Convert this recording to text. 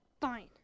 Fine